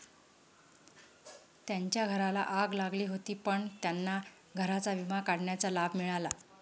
त्यांच्या घराला आग लागली होती पण त्यांना घराचा विमा काढण्याचा लाभ मिळाला